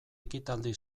ekitaldi